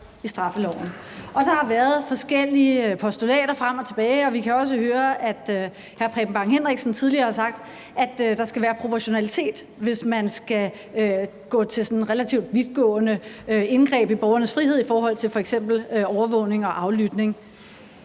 Der har været forskellige postulater frem og tilbage, og vi kan jo også høre, at hr. Preben Bang Henriksen tidligere har sagt, at der skal være proportionalitet, hvis man skal gå til sådan relativt vidtgående indgreb i borgernes frihed i forhold til f.eks. overvågning og aflytning,